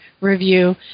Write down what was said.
review